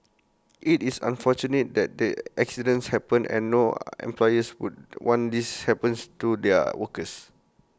IT is unfortunate that the accidents happened and no employers would want these happens to their workers